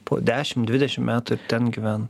po dešim dvidešim metų ten ir gyvent